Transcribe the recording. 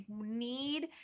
need